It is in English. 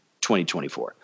2024